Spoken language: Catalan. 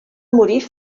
morir